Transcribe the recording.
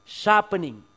sharpening